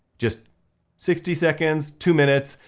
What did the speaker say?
just sixty seconds, two minutes,